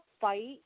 fight